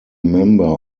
member